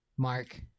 Mark